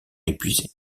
épuisés